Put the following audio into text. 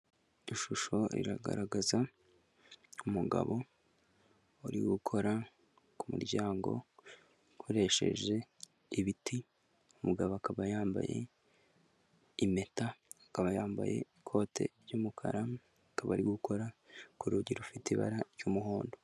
Ishusho iragaragaza umugabo uri gukora ku muryango ukoresheje ibiti umugabo akaba yambaye impeta akaba yambaye ikote ry'umukara akaba ari gukora ku rugi rufite ibara ry'umuhondo.